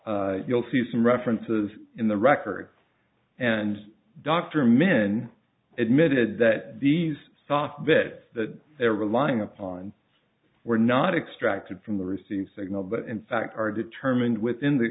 four you'll see some references in the record and dr min admitted that these soft bit that they're relying upon were not extract from the receiving signal but in fact are determined within the